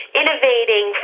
innovating